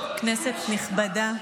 כנסת נכבדה,